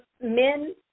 men